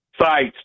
sites